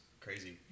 crazy